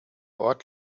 ort